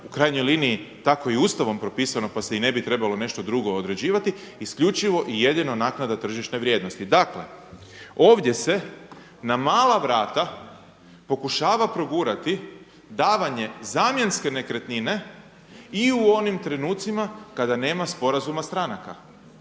u krajnjoj liniji tako je i Ustavom propisano pa se i ne bi trebalo nešto drugo određivati isključivo i jedino naknada tržišne vrijednosti. Dakle, ovdje se na mala vrata pokušava progurati davanje zamjenske nekretnine i u onim trenucima kada nema sporazuma stranaka.